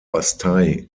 bastei